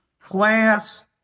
class